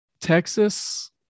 Texas